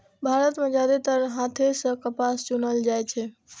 भारत मे जादेतर हाथे सं कपास चुनल जाइ छै